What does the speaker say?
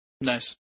nice